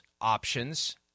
options